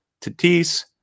Tatis